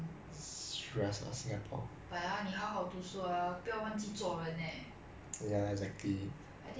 I think the most important right to me lah I feel it's like doesn't matter whether my grades are bad but I must be a good person lor